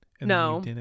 no